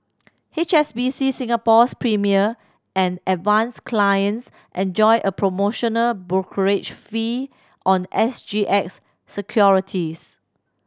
H S B C Singapore's Premier and Advance clients and enjoy a promotional brokerage fee on S G X securities